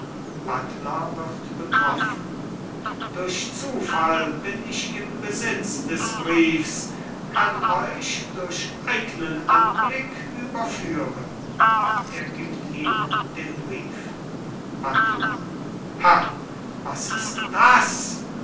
buttler wird betroffen durch zufall bin ich im besitz des briefs kann euch durch eignen anblick überführen er gibt ihm den brief buttler ha was ist das